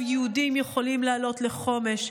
עכשיו יהודים יכולים לעלות לחומש,